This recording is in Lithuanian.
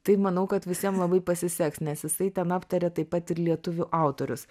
tai manau kad visiem labai pasiseks nes jisai ten aptarė taip pat ir lietuvių autorius